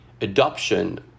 Adoption